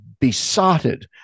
besotted